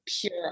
pure